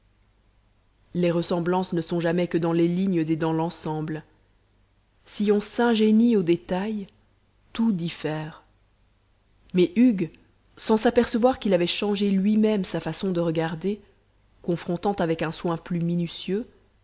les ressemblances ne sont jamais que dans les lignes et dans l'ensemble si on s'ingénie aux détails tout diffère mais hugues sans s'apercevoir qu'il avait changé lui-même sa façon de regarder confrontant avec un soin plus minutieux